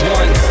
one